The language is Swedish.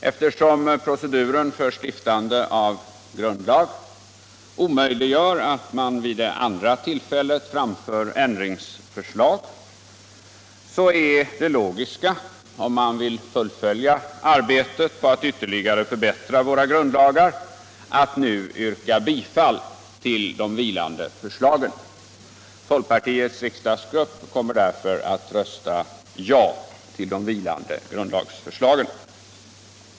Eftersom proceduren för stiftande av grundlag omöjliggör att man vid det andra tillfället framför ändringsförslag är det logiska, om man vill fullfölja arbetet på att ytterligare förbättra grundlagarna, att nu yrka bifall till de vilande förslagen. Folkpartiets riksdagsgrupp kommer därför att rösta ja till de vilande grundlagsförslagen.